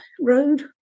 Road